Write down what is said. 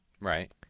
Right